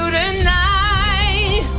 tonight